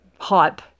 hype